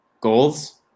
goals